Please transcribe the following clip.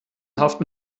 haften